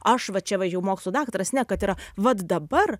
aš va čia va jau mokslų daktaras ne kad yra vat dabar